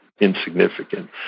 insignificant